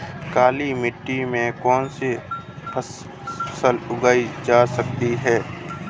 काली मिट्टी में कौनसी फसल उगाई जा सकती है?